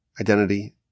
identity